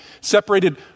Separated